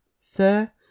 Sir